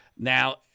Now